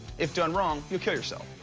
if done wrong, you'll kill yourself,